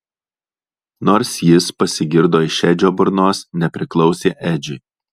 nors jis pasigirdo iš edžio burnos nepriklausė edžiui